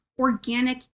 organic